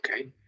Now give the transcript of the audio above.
okay